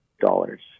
dollars